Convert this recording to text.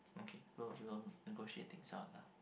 okay so we will negotiate things out lah